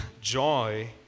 joy